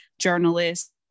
journalists